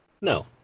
no